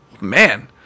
man